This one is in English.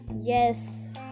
yes